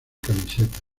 camisetas